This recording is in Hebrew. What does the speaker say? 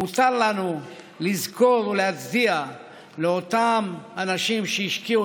מותר לנו לזכור ולהצדיע לאותם אנשים שהשקיעו